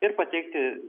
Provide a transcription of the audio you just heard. ir pateikti